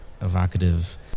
evocative